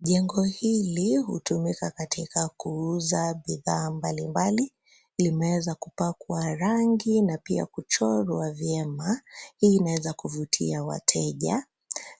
Jengo hili hutumika katika kuuza bidhaa mbalimbali. Limeweza kupakwa rangi na pia kuchorwa vyema. Hii inaweza kuvutia wateja.